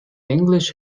english